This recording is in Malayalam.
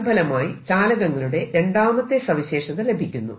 തൽഫലമായി ചാലകങ്ങളുടെ രണ്ടാമത്തെ സവിശേഷത ലഭിക്കുന്നു